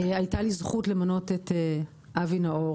הייתה לי זכות למנות את אבי נאור